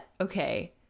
okay